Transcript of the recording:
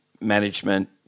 management